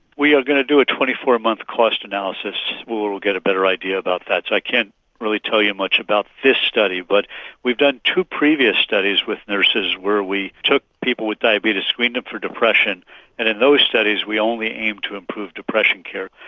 we are going to do a twenty four months cost analysis where we'll get a better idea about that. i can't really tell you much about this study but we've done two previous studies with nurses where we took people with diabetes, screened them for depression and in those studies we only aimed to improve depression care.